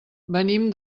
venim